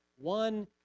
one